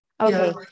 okay